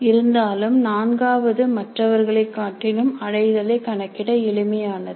இருந்தாலும் நான்காவது மற்றதை காட்டிலும் அடைதலை கணக்கிட எளிமையானது